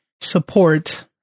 support